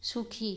সুখী